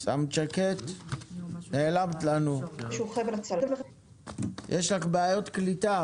--- יש לך בעיות קליטה,